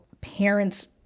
parents